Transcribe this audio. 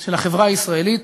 של החברה הישראלית